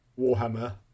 Warhammer